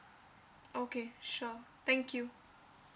okay sure thank you